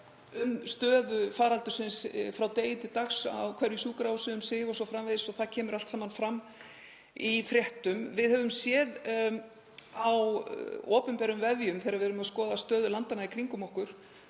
um stöðu faraldursins frá degi til dags, á hverju sjúkrahúsi um sig o.s.frv. og það kemur allt saman fram í fréttum. Við höfum séð á opinberum vefjum þegar við erum að skoða stöðu landanna í kringum okkur,